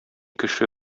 кеше